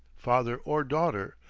father or daughter,